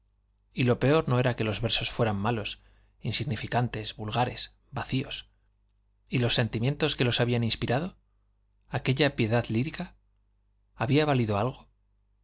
y lo peor no era que los versos fueran malos insignificantes vulgares vacíos y los sentimientos que los habían inspirado aquella piedad lírica había valido algo